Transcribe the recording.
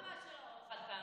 לא לרמה שלו, חד-פעמי.